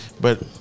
But-